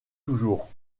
toujours